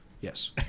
Yes